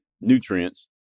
nutrients